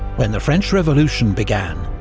when the french revolution began,